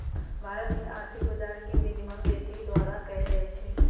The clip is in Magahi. भारत में आर्थिक बजार के विनियमन सेबी द्वारा कएल जाइ छइ